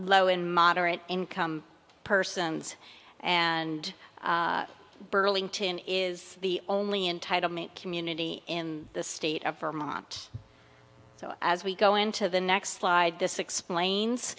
low and moderate income persons and burlington is the only entire community in the state of vermont so as we go into the next slide this explains